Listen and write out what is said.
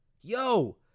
Yo